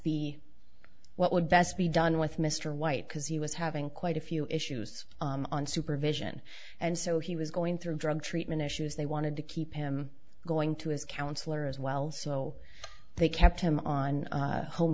be what would best be done with mr white because he was having quite a few issues on supervision and so he was going through drug treatment issues they wanted to keep him going to his counselor as well so they kept him on home